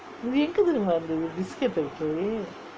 இது எங்கே தெரிமா இருந்தது:ithu engae terimaa irunthathu biscuit factory